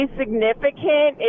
significant